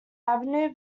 avenue